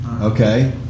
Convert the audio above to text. Okay